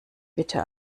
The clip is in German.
bitte